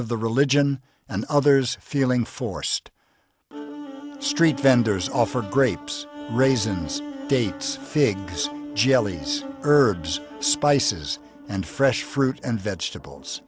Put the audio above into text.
of the religion and others feeling forced street vendors offer grapes raisins dates figs jellies herbs spices and fresh fruit and vegetables